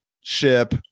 Ship